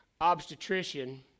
obstetrician